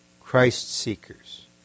Christ-seekers